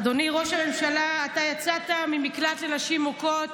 אדוני ראש הממשלה, אתה יצאת ממקלט לנשים מוכות